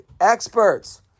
experts